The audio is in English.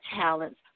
talents